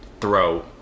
throw